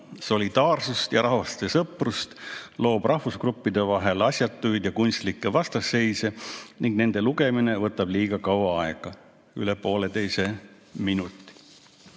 solidaarsust ja rahvaste sõprust, loob rahvusgruppide vahel asjatuid ja kunstlikke vastasseise ning selle lugemine võtab liiga kaua aega, üle poolteise minuti.